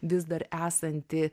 vis dar esanti